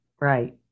right